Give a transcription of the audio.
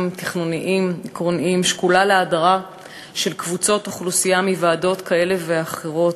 תכנוניים עקרוניים שקולה להדרה של קבוצות אוכלוסייה מוועדות כאלה ואחרות,